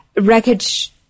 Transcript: wreckage